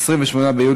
אין